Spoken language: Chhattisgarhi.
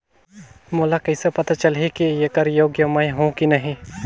मोला कइसे पता चलही की येकर योग्य मैं हों की नहीं?